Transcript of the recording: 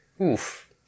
Oof